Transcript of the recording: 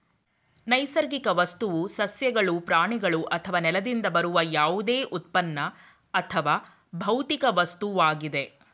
ನೈಸರ್ಗಿಕ ವಸ್ತುವು ಸಸ್ಯಗಳು ಪ್ರಾಣಿಗಳು ಅಥವಾ ನೆಲದಿಂದ ಬರುವ ಯಾವುದೇ ಉತ್ಪನ್ನ ಅಥವಾ ಭೌತಿಕ ವಸ್ತುವಾಗಿದೆ